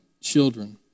children